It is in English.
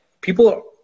people